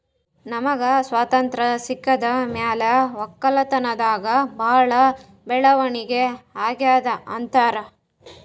ನಮ್ಗ್ ಸ್ವತಂತ್ರ್ ಸಿಕ್ಕಿದ್ ಮ್ಯಾಲ್ ವಕ್ಕಲತನ್ದಾಗ್ ಭಾಳ್ ಬೆಳವಣಿಗ್ ಅಗ್ಯಾದ್ ಅಂತಾರ್